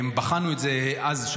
בחנו את זה אז,